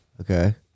Okay